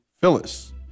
Phyllis